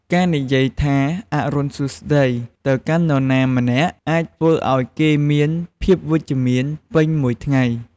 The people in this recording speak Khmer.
ការនិយាយថា "អរុណសួស្តី" ទៅកាន់នរណាម្នាក់អាចធ្វើឱ្យគេមានភាពវិជ្ជមាន ពេញមួយថ្ងៃ។